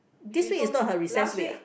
this week is not her recess week ah